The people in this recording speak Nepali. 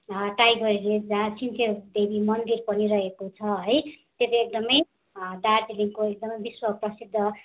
टाइगर हिल जहाँ चाहिँ सिन्चेल देवी मन्दिर पनि रहेको छ है त्यो चाहिँ एकदमै दार्जिलिङको एकदमै विश्वप्रसिद्ध